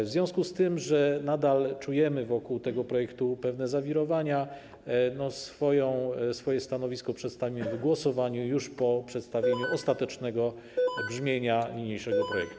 W związku z tym, że nadal czujemy wokół tego projektu pewne zawirowania, swoje stanowisko przedstawimy w głosowaniu już po przedstawieniu ostatecznego brzmienia niniejszego projektu.